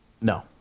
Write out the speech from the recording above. No